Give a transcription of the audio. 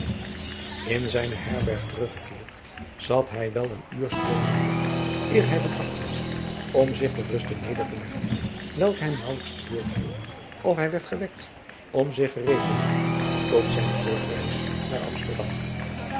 in zijne herberg terug gekeerd zat hij wel een uur stil neder eer hij bedacht was om zich ter rust neder te leggen welke hem naauwelijks te beurt viel of hij werd gewekt om zich gereed te maken tot zijne terugreis naar amsterdam